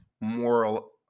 moral